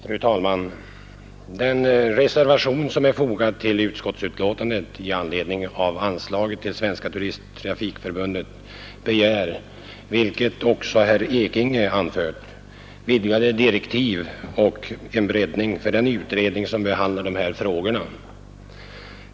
Fru talman! I den reservation som är fogad till utskottets betänkande under punkten om anslag till Svenska turisttrafikförbundet begär reservanterna, vilket också herr Ekinge anförde, vidgade direktiv för och en breddning av den utredning som behandlar dessa frågor.